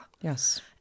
Yes